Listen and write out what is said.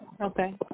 Okay